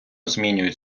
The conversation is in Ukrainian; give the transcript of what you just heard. змінюють